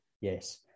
Yes